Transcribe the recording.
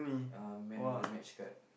uh man of the match card